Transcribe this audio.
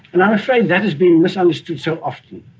and i'm afraid that has been misunderstood so often.